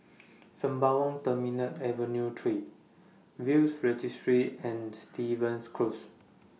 Sembawang Terminal Avenue three Will's Registry and Stevens Close